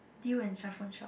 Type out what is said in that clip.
Dew and Shafran Shak